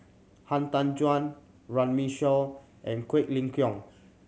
Han Tan Juan Runme Shaw and Quek Ling Kiong